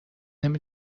نمی